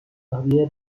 earlier